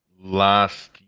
last